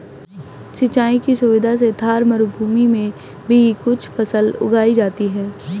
सिंचाई की सुविधा से थार मरूभूमि में भी कुछ फसल उगाई जाती हैं